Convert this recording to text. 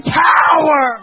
power